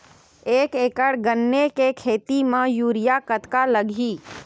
एक एकड़ गन्ने के खेती म यूरिया कतका लगही?